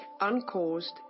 uncaused